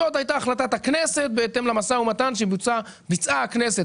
זאת הייתה החלטת הכנסת בהתאם למשא ומתן שביצעה הכנסת,